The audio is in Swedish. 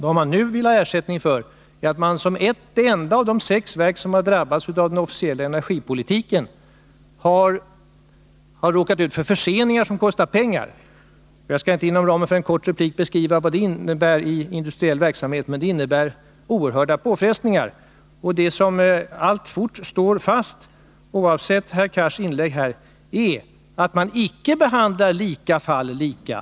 Vad OKG nu vill ha ersättning för är att kraftgruppens verk är ett av de sex verk som har drabbats av förseningar som kostar pengar till följd av den officiella energipolitiken. Jag skall inte inom ramen för en kort replik beskriva vad detta innebär, men det kan konstateras att det medför oerhörda påfrestningar. Och alltfort står kvar, oavsett herr Cars inlägg, att regeringen icke behandlar alla fall lika.